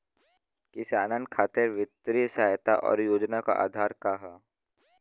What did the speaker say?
किसानन खातिर वित्तीय सहायता और योजना क आधार का ह?